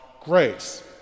grace